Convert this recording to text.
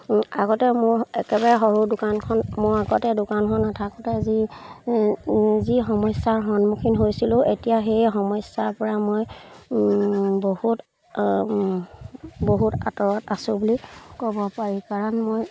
আগতে মোৰ একেবাৰে সৰু দোকানখন মোৰ আগতে দোকানখন নাথাকোঁতে যি যি সমস্যাৰ সন্মুখীন হৈছিলোঁ এতিয়া সেই সমস্যাৰ পৰা মই বহুত বহুত আঁতৰত আছোঁ বুলি ক'ব পাৰি কাৰণ মই